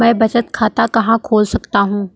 मैं बचत खाता कहाँ खोल सकता हूँ?